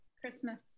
christmas